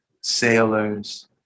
sailors